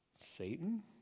Satan